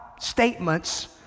statements